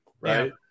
right